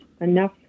enough